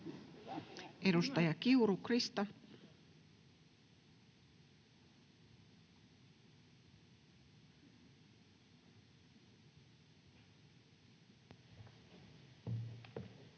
Edustaja Kiuru, Krista. [Speech